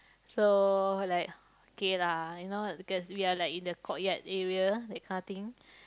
so like okay lah you know because we are like in the courtyard area that kind thing